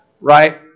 right